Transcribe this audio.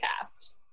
cast